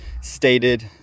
stated